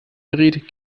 dreht